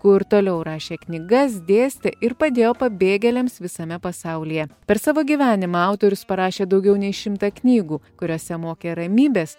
kur toliau rašė knygas dėstė ir padėjo pabėgėliams visame pasaulyje per savo gyvenimą autorius parašė daugiau nei šimtą knygų kuriose mokė ramybės